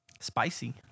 Spicy